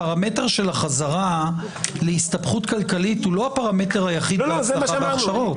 הפרמטר של החזרה להסתבכות כלכלית הוא לא היחיד להכשרות.